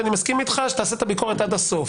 אני מסכים איתך שתעשה את הביקורת עד הסוף.